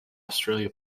australia